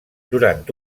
durant